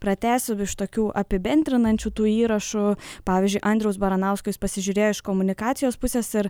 pratęsiu iš tokių apibendrinančių tų įrašų pavyzdžiui andriaus baranausko jis pasižiūrėjo iš komunikacijos pusės ir